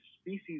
species